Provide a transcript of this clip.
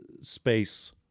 space